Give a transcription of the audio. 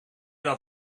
dat